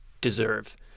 deserve